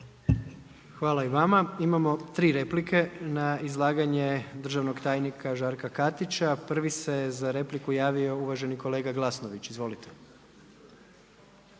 Hvala i vama. Imamo 3 replike na izlaganje državnog tajnika Žarka Katića. Prvi se je za repliku javio uvaženi kolega Glasnović. Izvolite.